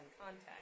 contact